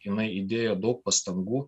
jinai įdėjo daug pastangų